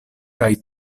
kaj